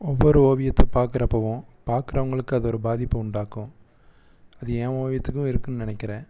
ஒவ்வொரு ஓவியத்தை பார்க்குறப்பவும் பார்க்குறவங்களுக்கு அது ஒரு பாதிப்பை உண்டாக்கும் அது ஏன் ஓவியத்துக்கும் இருக்குன்னு நினைக்கிறேன்